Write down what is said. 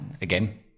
again